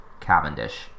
Cavendish